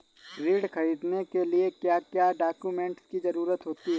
ऋण ख़रीदने के लिए क्या क्या डॉक्यूमेंट की ज़रुरत होती है?